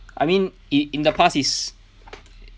I mean in in the past is